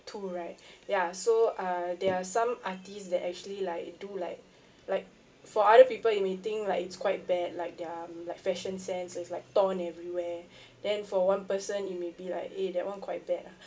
too right ya so uh there are some artists that actually like do like like for other people it may think like it's quite bad like their mm like fashion sense it's like torn everywhere then for one person it maybe like eh that one quite bad lah